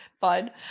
fine